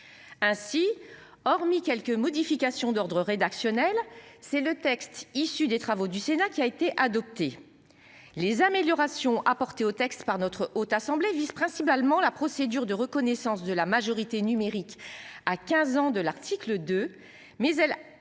Ainsi, hormis quelques modifications d'ordre rédactionnel, c'est le texte issu des travaux du Sénat qui a été adopté. Les améliorations apportées au texte par notre Haute assemblée vice-principalement la procédure de reconnaissance de la majorité numérique à 15 ans de l'article de mais elles